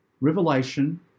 Revelation